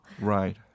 Right